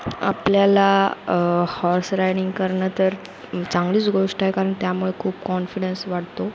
आपल्याला horse riding करणं तर चांगलीच गोष्ट आहे कारण त्यामुळे खूप कॉन्फिडन्स वाढतो